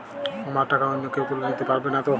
আমার টাকা অন্য কেউ তুলে নিতে পারবে নাতো?